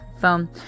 phone